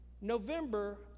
November